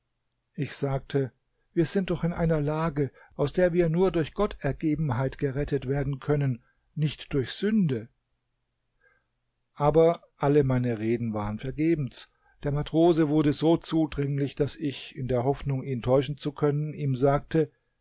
ich sagte wir sind doch in einer lage aus der wir nur durch gottergebenheit gerettet werden können nicht durch sünde aber alle meine reden waren vergebens der matrose wurde so zudringlich daß ich in der hoffnung ihn täuschen zu können ihm sagte